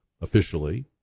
officially